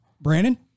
Brandon